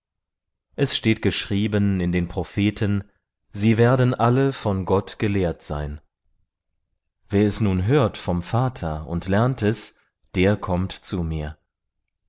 es steht geschrieben in den propheten sie werden alle von gott gelehrt sein wer es nun hört vom vater und lernt es der kommt zu mir